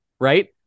right